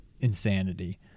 insanity